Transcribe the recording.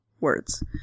Words